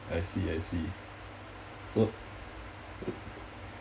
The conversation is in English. I see I see so